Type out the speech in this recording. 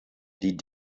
die